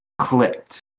clicked